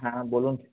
হ্যাঁ বলুন